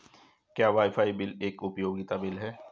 क्या wifi bill एक उपयोगिता बिल है?